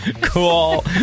Cool